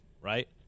right